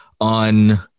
on